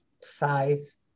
size